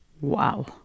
Wow